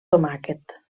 tomàquet